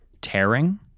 tearing